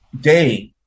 day